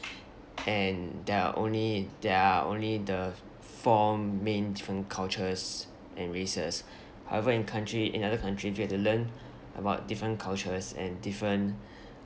and there are only there are only the four main different cultures and races however in country in other country they get to learn about different cultures and different